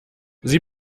sie